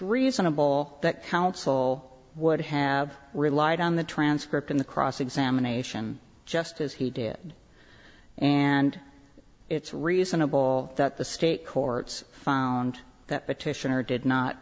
reasonable that counsel would have relied on the transcript in the cross examination just as he did and it's reasonable that the state courts found that petitioner did not